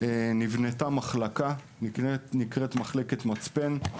נבנתה מחלקה שנקראת "מצפן",